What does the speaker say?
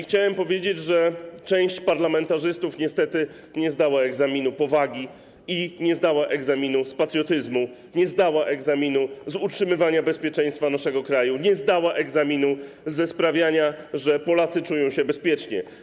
Chciałem powiedzieć, że część parlamentarzystów niestety nie zdała egzaminu z powagi i nie zdała egzaminu z patriotyzmu, nie zdała egzaminu z utrzymywania bezpieczeństwa naszego kraju, nie zdała egzaminu ze sprawiania, że Polacy czują się bezpiecznie.